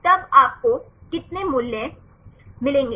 तब आपको कितने मूल्य मिलेंगे